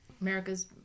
America's